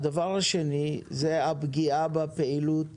הדבר השני זה הפגיעה בפעילות